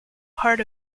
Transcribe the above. part